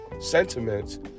sentiments